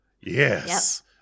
yes